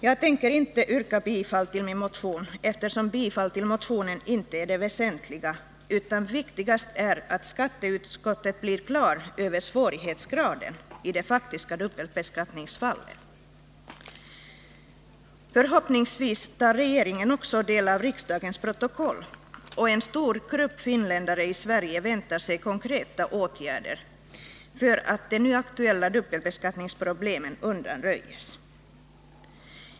Jag tänker inte yrka bifall till min motion eftersom bifall till motionen inte är det väsentliga, utan viktigast är att skatteutskottet blir på det klara med svårighetsgraden i de faktiska dubbelbeskattningsfallen. Förhoppningsvis tar regeringen också del av riksdagens protokoll. En stor grupp finländare i Sverige väntar sig konkreta åtgärder för att de nu aktuella dubbelbeskattningsproblemen skall undanröjas.